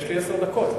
יש לי עשר דקות.